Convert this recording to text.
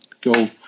go